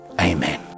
amen